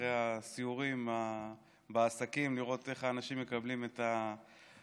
שאחרי הסיורים בעסקים לראות איך האנשים מקבלים את המענקים,